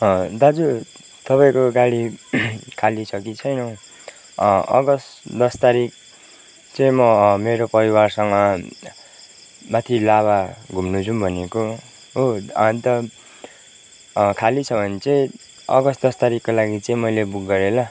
दाजु तपाईँको गाडी खाली छ कि छैन हौ अगस्त दस तारिक चाहिँ म मेरो परिवारसँग माथि लाभा घुम्नु जाउँ भनेको हो अन्त खाली छ भने चाहिँ अगस्ट दस तारिकको लागि चाहिँ मैले बुक गरेँ ल